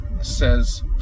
says